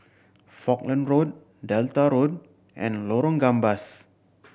Falkland Road Delta Road and Lorong Gambas